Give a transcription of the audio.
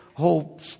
whole